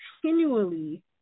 continually